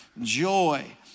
joy